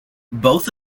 both